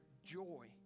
joy